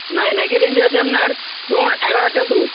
নাইকের range আছে আপনার ধরুন এগারো হাজার থেকে শুরু